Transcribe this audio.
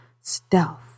Stealth